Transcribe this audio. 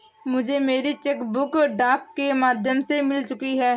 मुझे मेरी cheque book डाक के माध्यम से मिल चुकी है